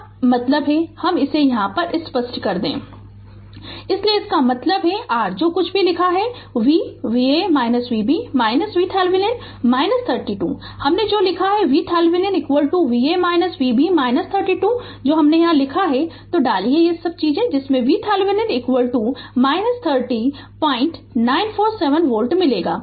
Refer Slide Time 2253 इसलिए इसका मतलब है r जो कुछ भी लिखा है कि V Va Vb VThevenin 32 हमने जो लिखा है VThevenin Va Vb 32 जो हमने यहाँ लिखा तो डालिये ये सब चीजें जिससे VThevenin 30947 volt मिलेगी